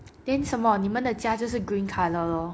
then 什么你们的家就是 green colour lor